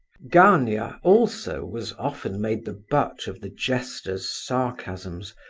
gania also was often made the butt of the jester's sarcasms,